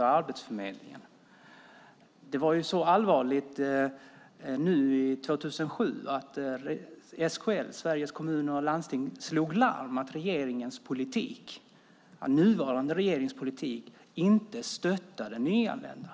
År 2007 var det så allvarligt att SKL, Sveriges Kommuner och Landsting, slog larm om att den nuvarande regeringens politik inte stöttade nyanlända.